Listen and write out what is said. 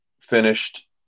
finished